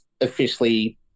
officially